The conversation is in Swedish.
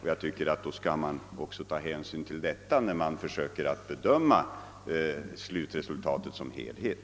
Man bör också ta hänsyn till detta när man försöker bedöma slutresultatet som helhet.